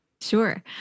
Sure